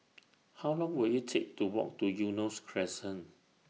How Long Will IT Take to Walk to Eunos Crescent